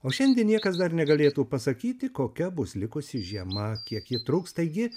o šiandien niekas dar negalėtų pasakyti kokia bus likusi žiema kiek ji truks taigi